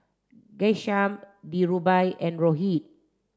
Ghanshyam Dhirubhai and Rohit